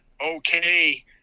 okay